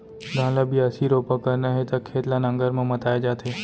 धान ल बियासी, रोपा करना हे त खेत ल नांगर म मताए जाथे